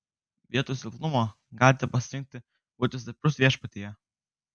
vietoj silpnumo galite pasirinkti būti stiprus viešpatyje